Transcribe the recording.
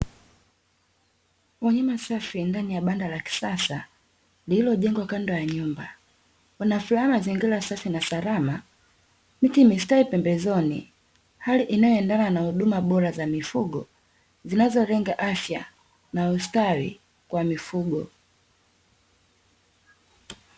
Wanyama safi ndani ya banda la kisasa lililojengwa kando ya nyumba, wanafurahia mazingira safi na salama, miti imestawi pembezoni, hali inayoendana na huduma bora za mifugo zinazolenga afya na ustawi wa mifugo.